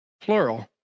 plural